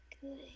good